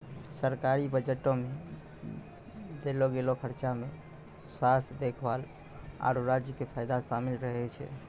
सरकारी बजटो मे देलो गेलो खर्चा मे स्वास्थ्य देखभाल, आरु राज्यो के फायदा शामिल रहै छै